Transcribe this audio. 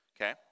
okay